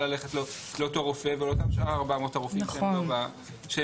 ללכת לאותו רופא ולאותם שאר 400 הרופאים שהם לא בשב"ן.